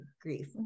grief